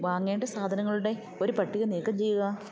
വാങ്ങേണ്ട സാധനങ്ങളുടെ ഒരു പട്ടിക നീക്കം ചെയ്യുക